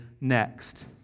next